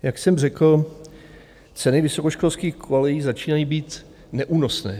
Jak jsem řekl, ceny vysokoškolských kolejí začínají být neúnosné.